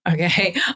Okay